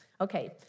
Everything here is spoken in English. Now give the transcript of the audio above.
Okay